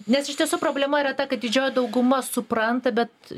nes iš tiesų problema yra ta kad didžioji dauguma supranta bet